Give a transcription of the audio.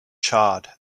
charred